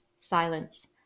Silence